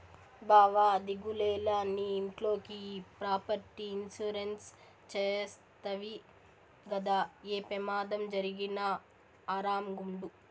బావా దిగులేల, నీ ఇంట్లోకి ఈ ప్రాపర్టీ ఇన్సూరెన్స్ చేస్తవి గదా, ఏ పెమాదం జరిగినా ఆరామ్ గుండు